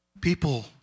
people